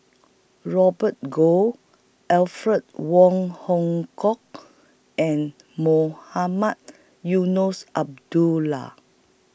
Robert Goh Alfred Wong Hong Kwok and Mohamed Eunos Abdullah